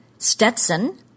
Stetson